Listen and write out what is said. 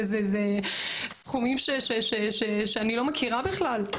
אלו סכומים שאני לא מכירה בכלל.